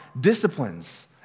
disciplines